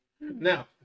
Now